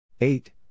Eight